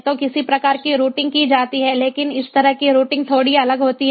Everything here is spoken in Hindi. तो किसी प्रकार की रूटिंग की जाती है लेकिन इस तरह की रूटिंग थोड़ी अलग होती है